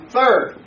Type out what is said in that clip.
Third